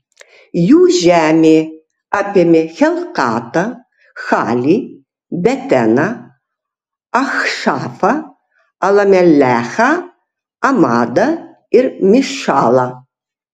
jų žemė apėmė helkatą halį beteną achšafą alamelechą amadą ir mišalą